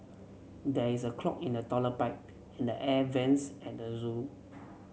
there is a clog in the toilet pipe and the air vents at the zoo